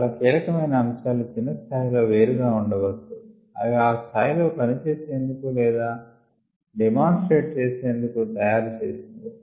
చాలా కీలక మైన అంశాలు చిన్న స్థాయి లో వేరుగా ఉండవచ్చు అవి ఆ స్థాయి లో పని చేసేందుకు లేదా డిమాన్స్ట్రేట్ చేసేందుకు తయారు చేసినవి